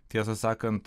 tiesą sakant